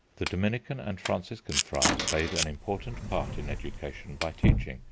the dominican and franciscan friars played an important part in education by teaching,